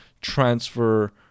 transfer